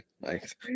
Nice